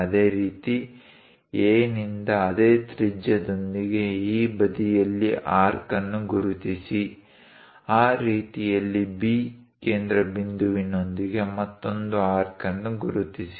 ಅದೇ ರೀತಿ A ನಿಂದ ಅದೇ ತ್ರಿಜ್ಯದೊಂದಿಗೆ ಈ ಬದಿಯಲ್ಲಿ ಆರ್ಕ್ ಅನ್ನು ಗುರುತಿಸಿ ಆ ರೀತಿಯಲ್ಲಿ B ಕೇಂದ್ರಬಿಂದುವಿನೊಂದಿಗೆ ಮತ್ತೊಂದು ಆರ್ಕ್ ಅನ್ನು ಗುರುತಿಸಿ